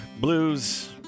blues